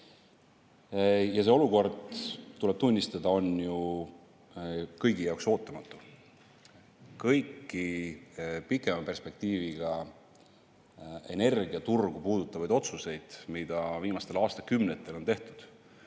ja see olukord, tuleb tunnistada, on ju kõigi jaoks ootamatu. Kõiki pikema perspektiiviga energiaturgu puudutavaid otsuseid, mida viimastel aastakümnetel on tehtud,